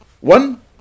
one